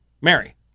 Mary